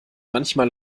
manchmal